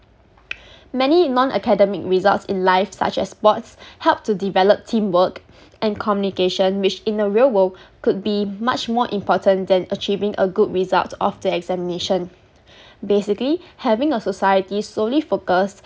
many non academic results in life such as sports helped to develop team work and communication which in the real world could be much more important than achieving a good result of the examination basically having a society solely focus